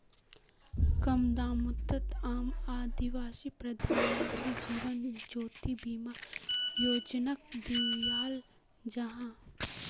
कम दामोत आम आदमीक प्रधानमंत्री जीवन ज्योति बीमा योजनाक दियाल जाहा